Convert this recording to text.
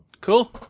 Cool